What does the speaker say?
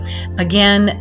Again